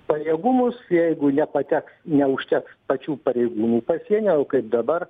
pajėgumus jeigu nepateks neužteks pačių pareigūnų pasienio o kaip dabar